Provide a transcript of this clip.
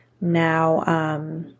now